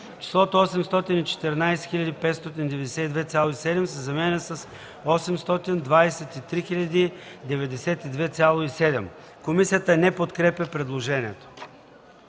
числото „814 592,7” се заменя с „823 092,7”.” Комисията не подкрепя предложението.